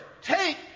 Take